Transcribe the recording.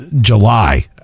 july